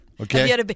Okay